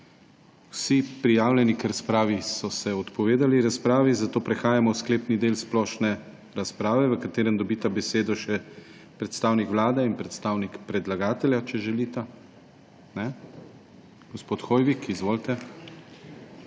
Vsi, prijavljeni k razpravi, so se odpovedali razpravi, zato prehajamo v sklepni del splošne razprave, v katerem dobita besedo še predstavnik Vlade in predstavnik predlagatelja, če želita. Gospod Hoivik, izvolite.